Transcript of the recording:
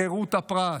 חירות הפרט,